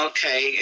Okay